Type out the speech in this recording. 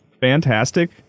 fantastic